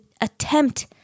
attempt